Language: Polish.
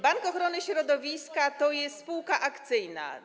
Bank Ochrony Środowiska to jest spółka akcyjna.